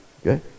Okay